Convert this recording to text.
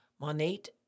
Monate